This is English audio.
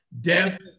death